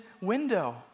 window